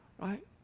right